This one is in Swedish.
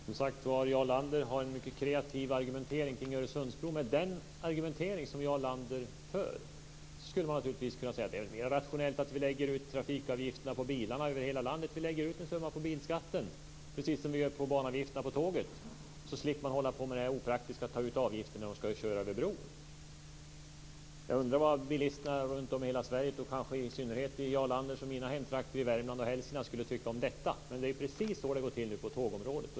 Fru talman! Jarl Lander har, som sagt, en mycket kreativ argumentering när det gäller Öresundsbron. Med det resonemang som Jarl Lander för skulle man också kunna säga att det är rationellt att via bilskatten lägga ut trafikavgifterna på bilarna över hela landet. Så gör vi ju med banavgifterna på tågtrafiken. Vi slipper då den opraktiska utvägen att ta ut avgifter på dem som kör över bron. Jag undrar vad bilisterna runtom i hela Sverige, kanske i synnerhet i Jarl Landers och mina hemtrakter i Värmland och Hälsingland skulle tycka om detta. Det är dock precis så som det nu går till på tågområdet.